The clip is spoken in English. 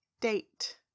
date